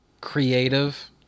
creative